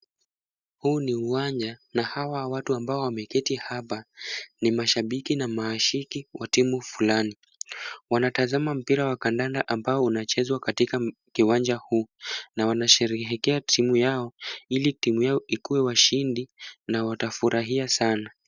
Huu ni uwanja na hawa watu ambao wameketi hapa ni mashabiki na mahashiki wa timu fulani. Wanatazama mpira wa kandanda ambao unachezwa katika kiwanja huu na wanasherehekea timu yao ili timu yao ikuwe washindi na watafurahia sana.